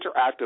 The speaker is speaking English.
interactive